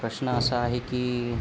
प्रश्न असा आहे की